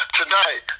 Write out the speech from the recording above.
tonight